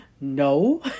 no